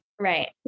Right